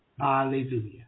Hallelujah